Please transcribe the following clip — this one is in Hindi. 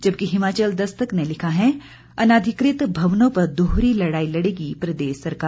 जबकि हिमाचल दस्तक ने लिखा है अनाधिकृत भवनों पर दोहरी लड़ाई लड़ेगी प्रदेश सरकार